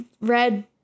red